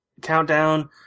countdown